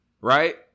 right